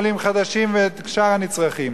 אם עולים חדשים ואם שאר הנצרכים.